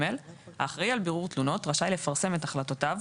(ג)האחראי על בירור תלונות רשאי לפרסם את החלטותיו,